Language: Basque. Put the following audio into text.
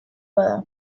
bada